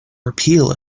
repeal